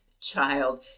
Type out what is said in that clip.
child